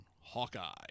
Hawkeye